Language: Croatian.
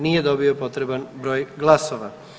Nije dobio potreban broj glasova.